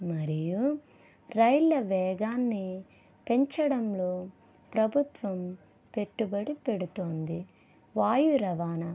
మరియు రైళ్ల వేగాన్ని పెంచడంలో ప్రభుత్వం పెట్టుబడి పెడుతోంది వాయు రవాణా